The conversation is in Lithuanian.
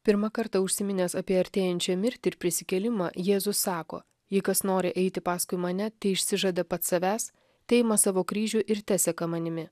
pirmą kartą užsiminęs apie artėjančią mirtį ir prisikėlimą jėzus sako jei kas nori eiti paskui mane teišsižada pats savęs teima savo kryžių ir teseka manimi